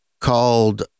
called